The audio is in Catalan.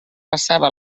passava